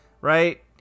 right